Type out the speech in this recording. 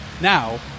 Now